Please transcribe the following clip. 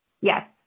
Yes